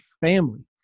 family